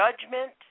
judgment